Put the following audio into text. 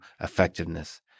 effectiveness